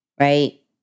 Right